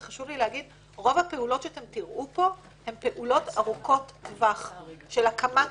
וחשוב לי להגיד רוב הפעולות שאתם תראו פה הן פעולות ארוכות טווח של הקמת